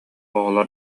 оҕолор